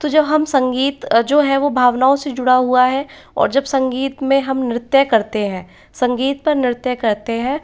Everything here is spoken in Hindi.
तो जब हम संगीत जो है वो भावनाओं से जुड़ा हुआ है और जब संगीत में हम नृत्य करते हैं संगीत पर नृत्य करते हैं